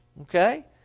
okay